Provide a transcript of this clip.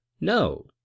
No